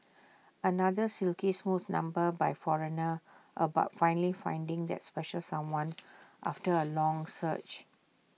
another silky smooth number by foreigner about finally finding that special someone after A long search